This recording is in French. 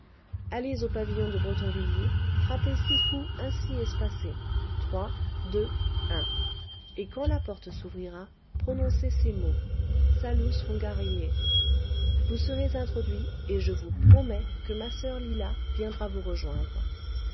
allez au pavillon de bretonvilliers frappez six coups ainsi espacés trois deux un et quand la porte s'ouvrira prononcez ces mots salus hungariae vous serez introduit et je vous promets que ma soeur lila viendra vous rejoindre